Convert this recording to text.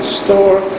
store